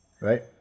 Right